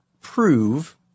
prove